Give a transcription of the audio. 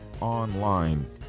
online